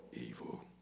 evil